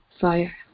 fire